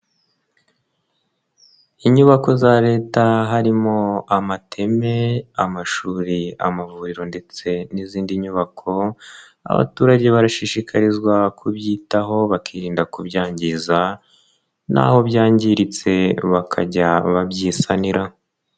Inyubako za Leta harimo amateme, amashuri, amavuriro ndetse n'izindi nyubako, abaturage barashishikarizwa kubyitaho bakirinda kubyangiza n'aho byangiritse bakajya babyisanira.